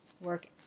work